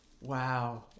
Wow